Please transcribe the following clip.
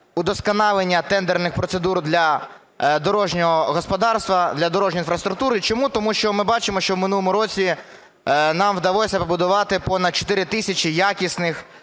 удосконалення тендерних процедур для дорожнього господарства, для дорожньої інфраструктури. Чому? Тому що ми бачимо, що в минулому році нам вдалося побудувати понад 4 тисячі якісних